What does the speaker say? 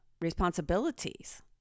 responsibilities